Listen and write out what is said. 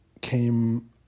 came